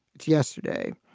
it's yesterday,